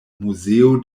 muzeo